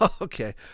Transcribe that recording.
Okay